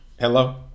Hello